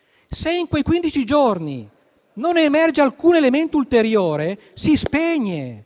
dei quali, se non emerge alcun elemento ulteriore, si spegne